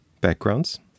backgrounds